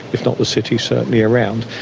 if not the city, certainly around.